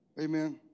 Amen